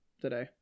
today